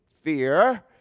fear